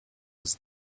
was